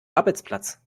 arbeitsplatz